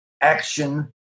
action